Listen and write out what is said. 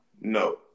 No